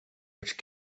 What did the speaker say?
which